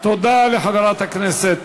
תודה לחברת הכנסת